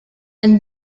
and